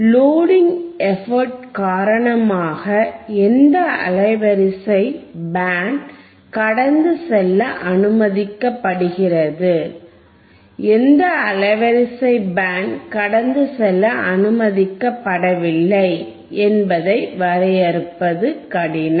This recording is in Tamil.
லோடிங் எபக்ட் காரணமாக எந்த அலைவரிசை பேண்ட் கடந்து செல்ல அனுமதிக்கப்படுகிறது எந்த அலைவரிசை பேண்ட் கடந்து செல்ல அனுமதிக்கப்படவில்லை என்பதை வரையறுப்பது கடினம்